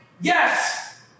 Yes